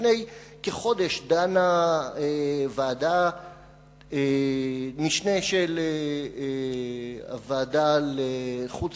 לפני כחודש דנה ועדת משנה של ועדת החוץ